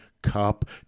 cup